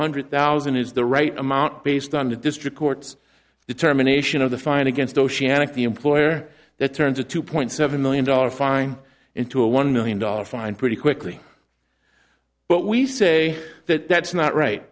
hundred thousand is the right amount based on the district court's determination of the find against oceanic the employer that turns a two point seven million dollar fine into a one million dollars fine pretty quickly but we say that that's not right